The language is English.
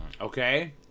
Okay